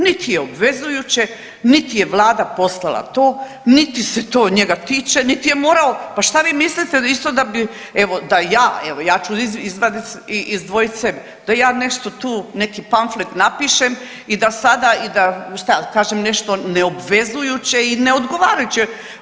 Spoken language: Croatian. Niti je obvezujuće, niti je vlada poslala to, niti se to njega tiče, niti je morao, pa šta vi mislite isto da bi, evo da ja, evo ja ću izvadit, izdvojit sebe, da ja nešto tu neki pamflet napišem i da sada i da, šta ja kažem nešto neobvezujuće i neodgovarajuće.